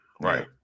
right